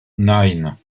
nine